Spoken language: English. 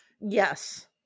Yes